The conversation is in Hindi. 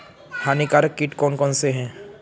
हानिकारक कीट कौन कौन से हैं?